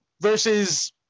versus